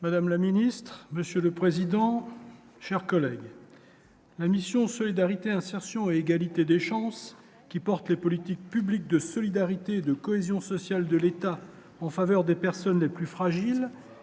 Madame la Ministre, Monsieur le Président, chers collègues, ma mission Solidarité, insertion et égalité des chances, qui porte les politiques publiques de solidarité et de cohésion sociale de l'État en faveur des personnes les plus fragiles